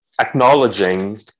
Acknowledging